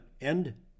end